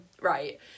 right